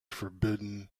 forbidden